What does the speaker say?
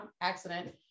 Accident